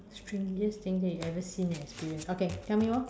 strangest thing that you ever seen or experienced okay tell me orh